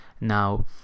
Now